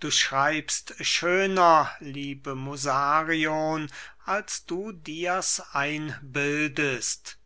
du schreibst schöner liebe musarion als du dirs einbildest